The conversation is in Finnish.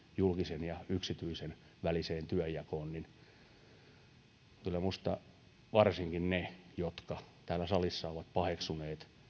julkisen ja yksityisen väliseen työnjakoon kyllä minä hämmästelen varsinkin niiden osalta jotka täällä salissa ovat paheksuneet